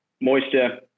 moisture